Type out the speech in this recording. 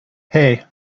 hey